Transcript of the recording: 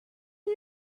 ten